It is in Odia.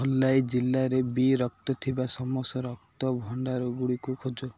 ଧଲାଈ ଜିଲ୍ଲାରେ ବି ରକ୍ତ ଥିବା ସମସ୍ତ ରକ୍ତ ଭଣ୍ଡାରଗୁଡ଼ିକ ଖୋଜ